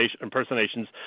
impersonations